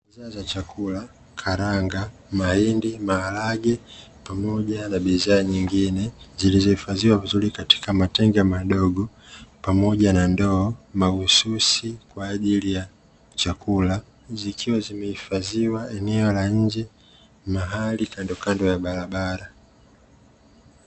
Bidhaa za chakula karanga, mahindi, maharage pamoja na bidhaa nyingine zilizohifadhiwa vizuri katika matenga madogo pamoja na ndoo, mahususi kwa ajili ya chakula zikiwa zimehifadhiwa eneo la nje mahali kandokando ya barabara.